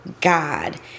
God